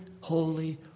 holy